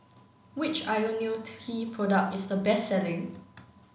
which Ionil T product is the best selling